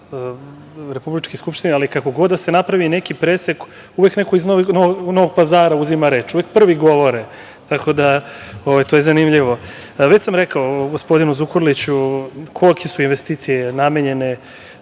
republičke skupštine, ali kako god da se napravi neki presek, uvek neko iz Novog Pazara uzima reč, uvek prvi govore. To je zanimljivo. Već sam rekao gospodinu Zukorliću kolike su investicije namenjene